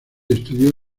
estudió